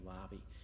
lobby